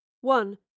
One